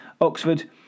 Oxford